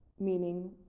meaning